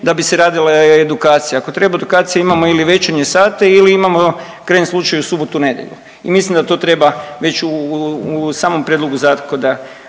da bi se radila edukacija. Ako treba edukacije imamo ili večernje sate ili imamo u krajnjem slučaju subotu, nedjelju. I mislim da to treba već u samom prijedlogu zakona